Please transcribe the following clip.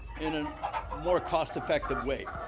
and and more cost effective way,